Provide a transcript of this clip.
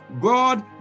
God